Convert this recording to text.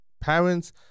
parents